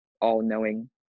all-knowing